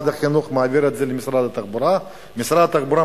משרד החינוך מעביר את זה למשרד התחבורה,